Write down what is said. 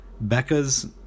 Becca's